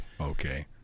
okay